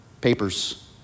papers